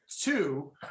Two